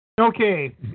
Okay